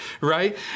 right